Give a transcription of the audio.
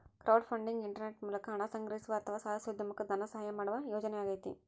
crowdfunding internet ಮೂಲಕ ಹಣ ಸಂಗ್ರಹಿಸುವ ಅಥವಾ ಸಾಹಸೋದ್ಯಮುಕ್ಕ ಧನಸಹಾಯ ಮಾಡುವ ಯೋಜನೆಯಾಗೈತಿ